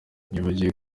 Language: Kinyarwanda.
wibagiwe